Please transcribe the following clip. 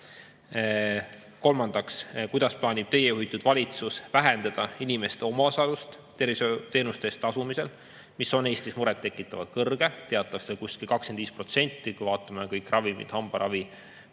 Kolmandaks, kuidas plaanib teie juhitud valitsus vähendada inimeste omaosalust tervishoiuteenuste eest tasumisel, mis on Eestis muret tekitavalt kõrge? Teatavasti umbes 25%, kui vaatame kõik ravimid, hambaravi